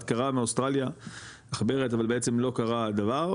קרה מאוסטרליה עכברת אבל בעצם לא קרה דבר.